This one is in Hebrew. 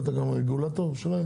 אתה גם הרגולטור שלהם?